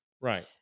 right